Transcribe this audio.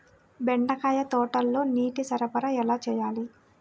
బెండకాయ తోటలో నీటి సరఫరా ఎలా చేయాలి?